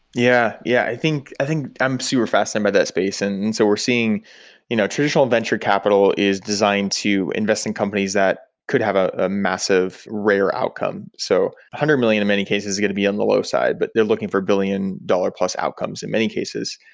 yeah yeah. i think i think i'm super fascinated by that space. and and so we're seeing you know traditional venture capital is designed to invest in companies that could have ah a massive rare outcome. so one hundred million in many cases are going to be on the low side, but they're looking for a billion dollar plus outcomes in many cases.